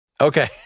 Okay